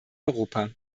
europa